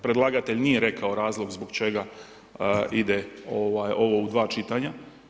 Predlagatelj nije rekao razlog zbog čega ide ovo u dva čitanja.